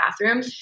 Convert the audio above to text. bathroom